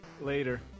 Later